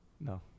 No